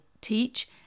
teach